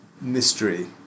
mystery